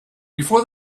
before